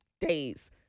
days